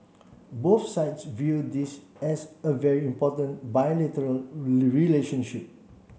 both sides view this as a very important bilateral relationship